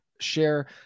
share